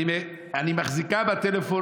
אני ככה מחזיקה את הטלפון,